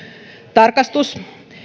tarkastuksen